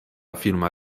filma